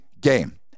game